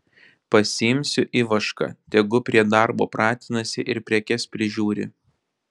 pasiimsiu ivašką tegu prie darbo pratinasi ir prekes prižiūri